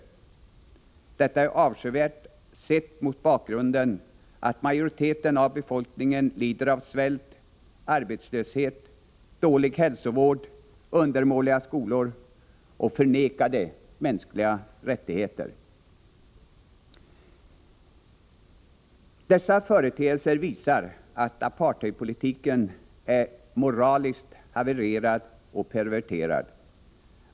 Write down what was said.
Detta är avskyvärt sett mot bakgrunden att majoriteten av befolkningen lider av svält, arbetslöshet, dålig hälsovård, undermåliga skolor och förnekade mänskliga rättigheter. Dessa företeelser visar att apartheidpolitiken är moraliskt havererad och perverterad.